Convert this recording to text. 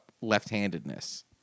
left-handedness